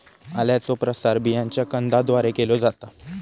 आल्याचो प्रसार बियांच्या कंदाद्वारे केलो जाता